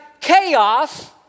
chaos